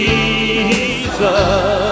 Jesus